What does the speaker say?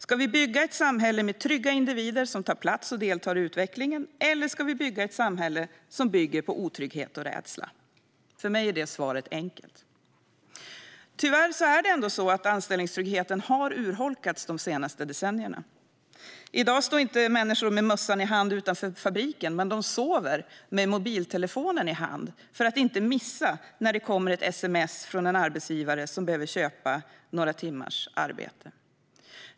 Ska vi bygga ett samhälle med trygga individer som tar plats och deltar i utvecklingen, eller ska vi bygga ett samhälle som bygger på otrygghet och rädsla? För mig är svaret enkelt. Tyvärr har ändå anställningstryggheten urholkats de senaste decennierna. I dag står inte människor med mössan i hand utanför fabriken, men de sover med mobiltelefonen i handen för att inte missa när det kommer ett sms från en arbetsgivare som behöver köpa några timmars arbete.